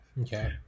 Okay